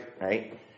right